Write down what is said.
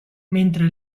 mentre